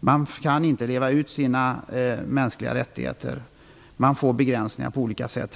De kan inte leva ut sina mänskliga rättigheter. De vidkänns begränsningar på olika sätt.